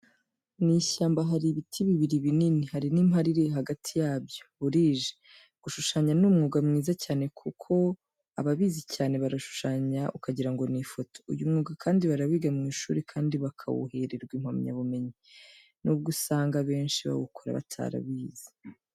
Mu ishyamba, hari ibiti bibiri binini, hari n'impala iri hagati yabyo, burije. Gushushanya ni umwuga mwiza cyane kuko ababizi cyane barashushanya ukagira ngo ni ifoto, uyu mwuga kandi barawiga mu ishuri kandi bakawuhererwa impamyabumenyi, nubwo usanga abenshi bawukora batarawize.